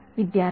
विद्यार्थी सर